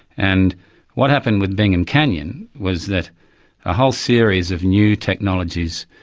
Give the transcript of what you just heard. and what happened with bingham canyon was that a whole series of new technologies,